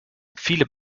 viele